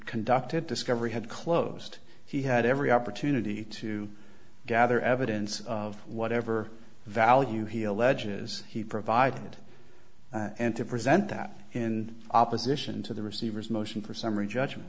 conducted discovery had closed he had every opportunity to gather evidence of whatever value he alleges he provided and to present that in opposition to the receiver's motion for summary judgment